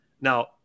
Now